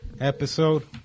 Episode